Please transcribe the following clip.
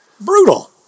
Brutal